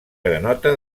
granota